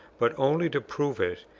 but only to prove it,